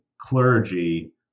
clergy